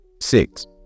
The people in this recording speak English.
Six